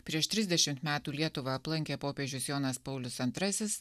prieš trisdešimt metų lietuvą aplankė popiežius jonas paulius antrasis